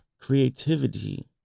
Creativity